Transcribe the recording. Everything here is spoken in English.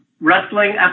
Wrestling